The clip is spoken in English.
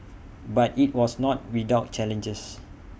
but IT was not without challenges